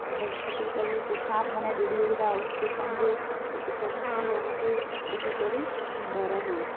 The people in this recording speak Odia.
ହେ ହେତିର୍ କାଯେ ସେ ସାପ୍ ମାନେ ଯେଡ଼େ ଯେଡ଼େ ଟା ଆଉସ୍ ଥିସନ୍ ଯେ ସବୁକେ ଦେଖିକରି ଡ଼ର ହୁଏ